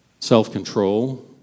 self-control